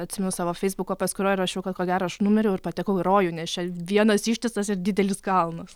atsimenu savo feisbuko paskyroj rašiau kad ko gero aš numiriau ir patekau į rojų nes čia vienas ištisas ir didelis kalnas